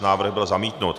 Návrh byl zamítnut.